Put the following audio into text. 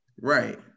Right